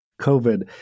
COVID